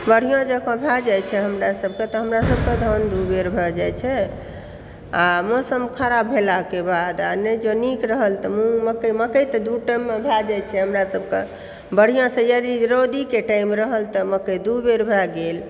बढिआँ जेकाँ भए जाय छै हमरासभकऽ तऽ हमरा सभकऽ धान दू बेर भए जायत छै आ मौसम खराप भेलाके बाद आ नहि जँ नीक रहल तऽ मूँग मकै मकै तऽ दू टाइममे भए जायत छै हमरासभकऽ बढिआँसँ यदि रौदीके टाइम रहल तऽ मकै दू बेर भए गेल